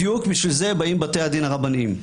בדיוק בשביל זה באים בתי הדין הרבניים.